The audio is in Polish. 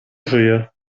żyje